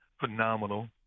phenomenal